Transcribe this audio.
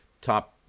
top